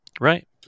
Right